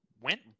went